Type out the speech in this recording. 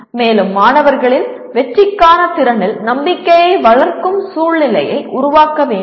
மேலும் மாணவர்களின் வெற்றிக்கான திறனில் நம்பிக்கையை வளர்க்கும் சூழ்நிலையை உருவாக்க வேண்டும்